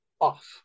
off